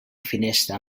finestra